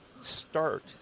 start